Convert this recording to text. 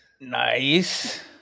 Nice